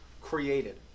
created